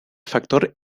factor